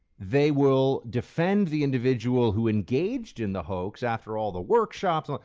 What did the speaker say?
they will defend the individual who engaged in the hoax after all the workshops,